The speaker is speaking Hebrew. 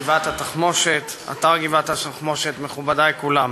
גבעת-התחמושת, אתר גבעת-התחמושת, מכובדי כולם,